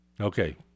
Okay